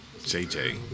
JJ